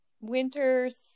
Winters